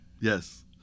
Yes